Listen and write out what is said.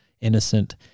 innocent